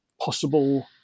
possible